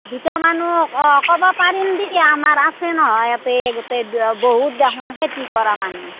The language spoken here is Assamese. দুটা মানুহ অঁ ক'ব পাৰিম দিয়া আমাৰ আছে নহয় আপে গোটেই বহুত দেখোন খেতি কৰা মানুহ